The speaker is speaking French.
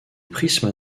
prismes